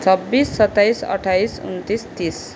छब्बिस सत्ताइस अट्ठाइस उनन्तिस तिस